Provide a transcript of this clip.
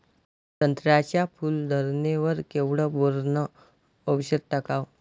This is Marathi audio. संत्र्याच्या फूल धरणे वर केवढं बोरोंन औषध टाकावं?